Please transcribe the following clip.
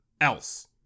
else